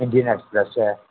Indian Express ऐ